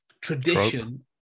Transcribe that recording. tradition